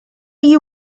you